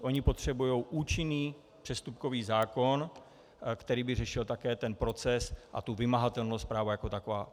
Oni potřebují účinný přestupkový zákon, který by řešil také ten proces a tu vymahatelnost práva jako takového.